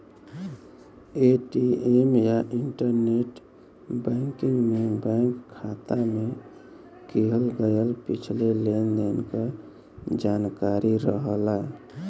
ATM या internet banking में bank खाता में किहल गयल पिछले लेन देन क जानकारी रहला